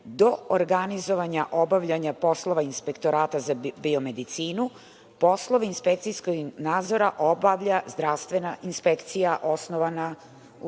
do organizovanja obavljanja poslova Inspektorata za biomedicinu, poslove inspekcijskog nadzora obavlja zdravstvena inspekcija osnovana,